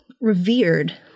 revered